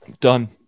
Done